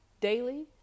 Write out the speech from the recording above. daily